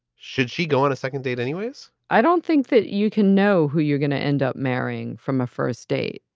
should she go on a second date anyways? i don't think that you can know who you're going to end up marrying from a first date.